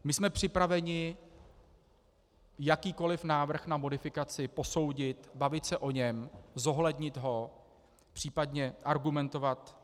My jsme připraveni jakýkoli návrh na modifikaci posoudit, bavit se o něm, zohlednit ho, případně argumentovat.